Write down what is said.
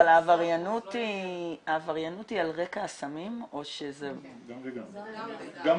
העבריינות היא על רקע הסמים או שזה -- גם וגם.